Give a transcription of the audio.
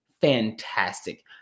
fantastic